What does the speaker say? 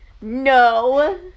No